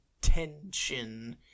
tension